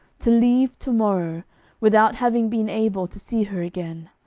to leave to-morrow without having been able to see her again,